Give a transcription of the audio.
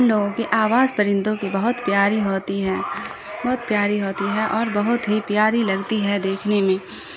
ان لوگوں کے آواز پرندوں کی بہت پیاری ہوتی ہیں بہت پیاری ہوتی ہے اور بہت ہی پیاری لگتی ہے دیکھنے میں